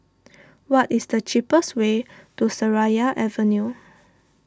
what is the cheapest way to Seraya Avenue